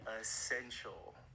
essential